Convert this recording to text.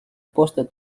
poste